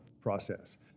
process